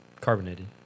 carbonated